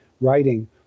writing